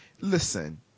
Listen